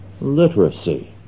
literacy